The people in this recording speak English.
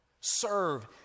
Serve